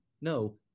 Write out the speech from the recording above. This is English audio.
No